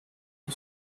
the